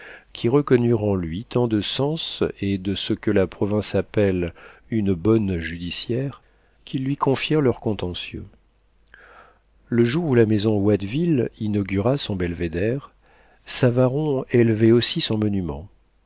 qui reconnurent en lui tant de sens et de ce que la province appelle une bonne judiciaire qu'ils lui confièrent leur contentieux le jour où la maison watteville inaugura son belvéder savaron élevait aussi son monument